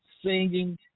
singing